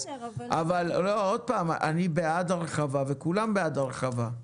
אבל עוד פעם, אני בעד הרחבה וכולם בעד הרחבה.